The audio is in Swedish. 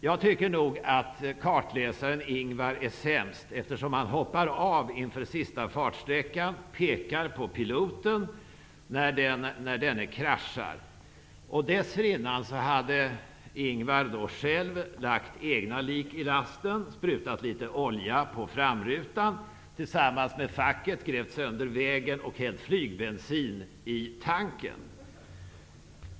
Jag tycker nog att kartläsaren Ingvar Carlsson är sämst, eftersom han hoppar av inför sista fartsträckan och pekar på piloten när denne kraschar. Dessförinnan hade Ingvar Carlsson själv lagt egna lik i lasten, sprutat litet olja på framrutan, grävt sönder vägen tillsammans med facket och hällt flygbensin i tanken.